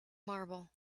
marble